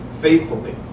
faithfully